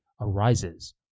arises